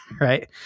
Right